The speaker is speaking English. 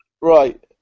right